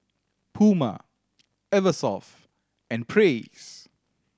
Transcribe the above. Puma Eversoft and Praise